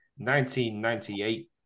1998